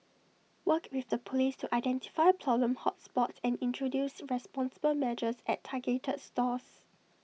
work with the Police to identify problem hot spots and introduce responsible measures at targeted stores